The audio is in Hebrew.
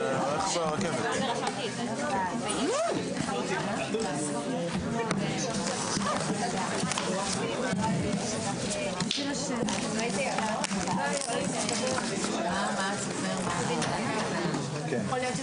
15:34.